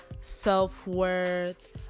self-worth